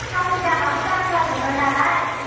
थावनि दामाबो दाम जाजोबबाय नालाय